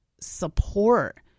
support